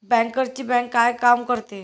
बँकर्सची बँक काय काम करते?